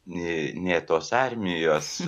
nė nė tos armijos